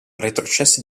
retrocesse